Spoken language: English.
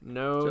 no